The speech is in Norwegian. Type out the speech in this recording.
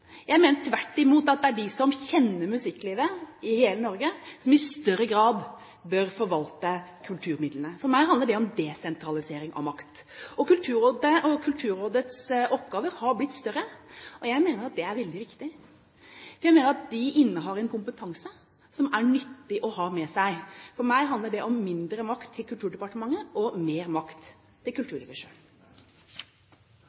Jeg mener tvert imot at det er de som kjenner musikklivet, i hele Norge, som i større grad bør forvalte kulturmidlene. For meg handler det om desentralisering av makt. Kulturrådet og Kulturrådets oppgaver har blitt større, og jeg mener at det er veldig viktig, for de innehar en kompetanse som er nyttig å ha med seg. For meg handler det om mindre makt til Kulturdepartementet og mer makt til